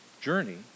journey